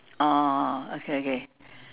oh okay okay